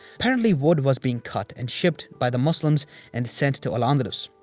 apparently, wood was being cut and shipped by the muslims and sent to al-andalus.